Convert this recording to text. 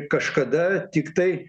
kažkada tiktai